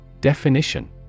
Definition